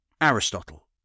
Aristotle